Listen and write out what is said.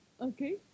okay